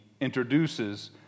introduces